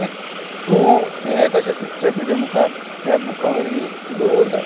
एक ट्रू हे कशें पिक्चर तुज्या मुखार त्या बुका वरवी दवरता